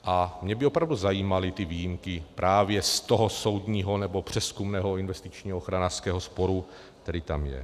A mě by opravdu zajímaly ty výjimky právě z toho soudního nebo přezkumného investičního ochranářského sporu, který tam je.